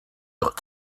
got